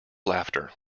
laughter